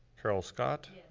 carol scott.